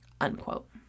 unquote